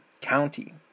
county